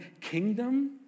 kingdom